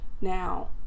Now